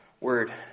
word